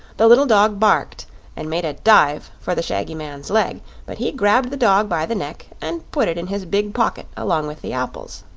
the little dog barked and made a dive for the shaggy man's leg but he grabbed the dog by the neck and put it in his big pocket along with the apples.